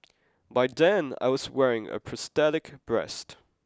by then I was wearing a prosthetic breast